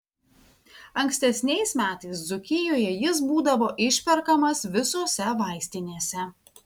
ankstesniais metais dzūkijoje jis būdavo išperkamas visose vaistinėse